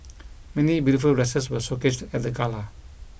many beautiful dresses were showcased at the gala